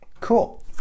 cool